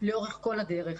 לאורך כל הדרך.